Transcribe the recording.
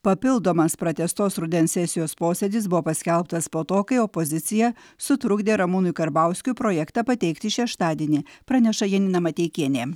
papildomas pratęstos rudens sesijos posėdis buvo paskelbtas po to kai opozicija sutrukdė ramūnui karbauskiui projektą pateikti šeštadienį praneša janina mateikienė